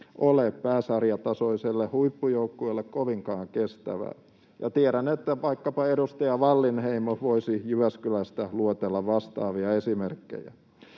ole pääsarjatasoiselle huippujoukkueelle kovinkaan kestävää. [Sinuhe Wallinheimon välihuuto] — Ja tiedän, että vaikkapa edustaja Wallinheimo voisi Jyväskylästä luetella vastaavia esimerkkejä.